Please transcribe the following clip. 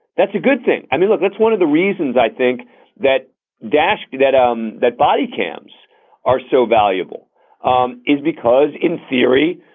that's a good thing. i mean, look, that's one of the reasons i think that dash that um that body cams are so valuable um is because in theory,